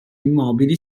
immobili